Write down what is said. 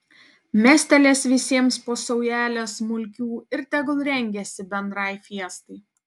mestelės visiems po saujelę smulkių ir tegul rengiasi bendrai fiestai